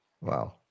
Wow